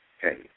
Hey